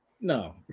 No